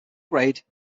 grade